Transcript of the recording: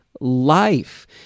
life